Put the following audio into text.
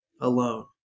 alone